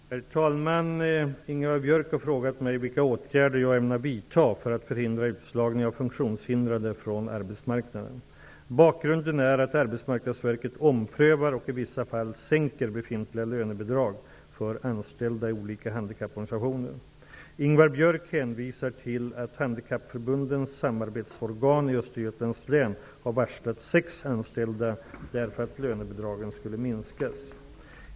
Herr talman! Ingvar Björk har frågat mig vilka åtgärder jag ämnar vidta för att förhindra utslagningen av funktionshindrade från arbetsmarknaden. Bakgrunden är att arbetsmarknadsverket omprövar och i vissa fall sänker befintliga lönebidrag för anställda i olika handikapporganisationer. Ingvar Björk hänvisar till att Handikappförbundens Samarbetsorgan i Östergötlands län har varslat sex anställda därför att lönebidragen skulle minskas.